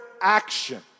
action